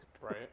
Right